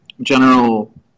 general